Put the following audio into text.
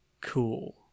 cool